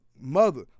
mother